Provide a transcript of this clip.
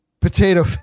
potato